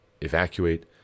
evacuate